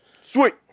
Sweet